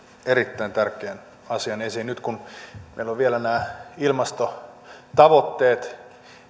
erittäin tärkeän asian esiin nyt kun meillä on vielä nämä ilmastotavoitteet